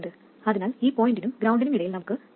അതിനാൽ ഈ പോയിന്റിനും ഗ്രൌണ്ടിനും ഇടയിൽ നമുക്ക് 6